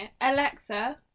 Alexa